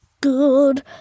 Good